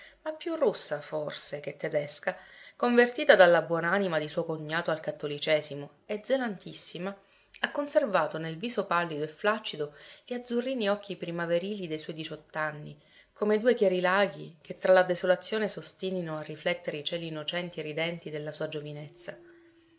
ma più russa forse che tedesca convertita dalla buon'anima di suo cognato al cattolicesimo e zelantissima ha conservato nel viso pallido e flaccido gli azzurrini occhi primaverili dei suoi diciott'anni come due chiari laghi che tra la desolazione s'ostinino a riflettere i cieli innocenti e ridenti della sua giovinezza